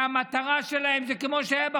שהמטרה שלהם היא,